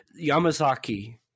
Yamazaki